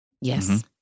Yes